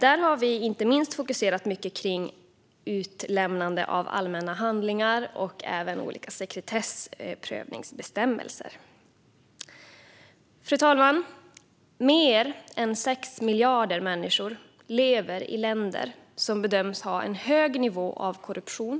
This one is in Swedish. Där har vi fokuserat mycket på utlämnande av allmänna handlingar och olika sekretessprövningsbestämmelser. Fru talman! Mer än 6 miljarder människor lever i länder som bedöms ha en hög nivå av korruption.